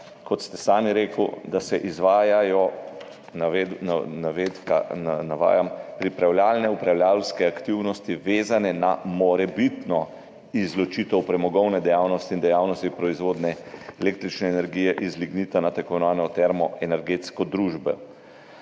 kot ste sami rekli, da se izvajajo, navajam: »Pripravljalne upravljavske aktivnosti, vezane na morebitno izločitev premogovne dejavnosti in dejavnosti proizvodnje električne energije iz lignita na tako imenovano termoenergetsko družbo.«